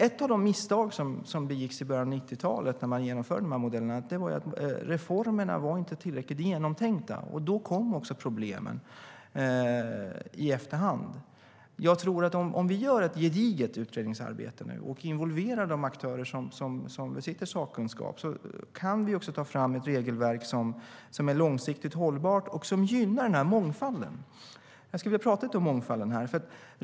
Ett av de misstag som begicks i början av 90-talet, när man genomförde modellerna, var att reformerna inte var tillräckligt genomtänkta. Därför kom problemen i efterhand. Om vi gör ett gediget utredningsarbete och involverar de aktörer som besitter sakkunskapen kan vi ta fram ett regelverk som är långsiktigt hållbart och gynnar mångfalden. Jag skulle vilja tala lite grann om mångfalden.